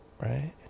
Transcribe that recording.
Right